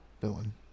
villain